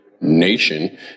nation